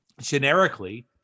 generically